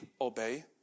obey